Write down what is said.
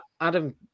Adam